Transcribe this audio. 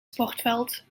sportveld